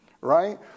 Right